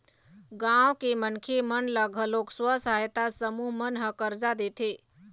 गाँव के मनखे मन ल घलोक स्व सहायता समूह मन ह करजा देथे